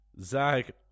Zach